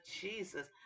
Jesus